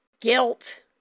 guilt